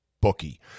bookie